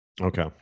Okay